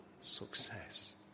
success